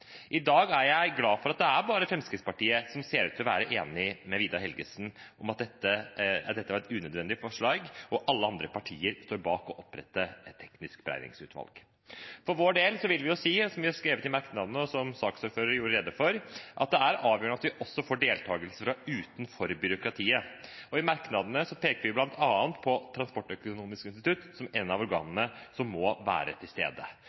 I dag er jeg glad for at det bare er Fremskrittspartiet som ser ut til å være enig med Vidar Helgesen i at dette var et unødvendig forslag, og at alle andre partier står bak å opprette et teknisk beregningsutvalg. For vår del vil vi si – som vi har skrevet i merknadene, og som saksordføreren gjorde rede for – at det er avgjørende at vi også får deltakelse fra utenfor byråkratiet. I merknadene peker vi bl.a. på Transportøkonomisk institutt som ett av organene som må være til stede.